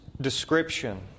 description